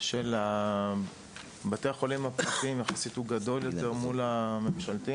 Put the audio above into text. של בתי החולים הפרטיים יחסית הוא גדול יותר מול הממשלתיים,